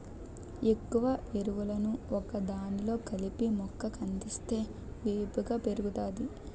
ఎక్కువ ఎరువులను ఒకదానిలో కలిపి మొక్క కందిస్తే వేపుగా పెరుగుతాది